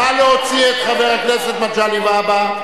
נא להוציא את חבר הכנסת מגלי והבה.